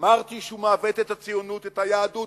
אמרתי שהוא מעוות את הציונות, את היהדות.